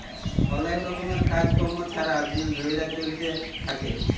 অলেক রকমের কাজ কম্ম ছারা দিল ধ্যইরে চইলতে থ্যাকে